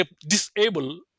disable